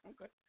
Okay